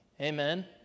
amen